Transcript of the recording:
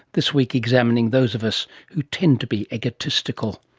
this week examining those of us who tend to be egotistical.